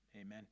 Amen